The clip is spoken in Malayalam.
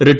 റിട്ട